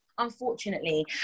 unfortunately